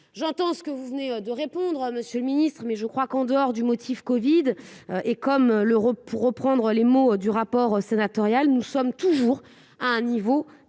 j'entends ce que vous venez de répondre à Monsieur le Ministre, mais je crois qu'en dehors du motif Covid et comme l'Europe, pour reprendre les mots du rapport sénatorial, nous sommes toujours à un niveau